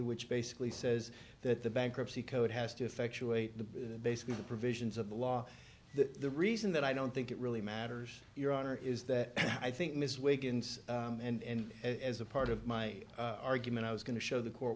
which basically says that the bankruptcy code has to effectuate the basically the provisions of the law that the reason that i don't think it really matters your honor is that i think ms wiggins and as a part of my argument i was going to show the court